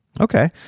Okay